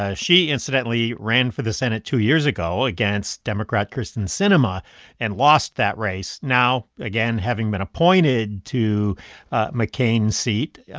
ah she incidentally ran for the senate two years ago against democrat kyrsten sinema and lost that race. now, again, having been appointed to mccain's seat, yeah